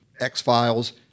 X-Files